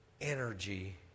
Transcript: energy